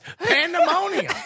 Pandemonium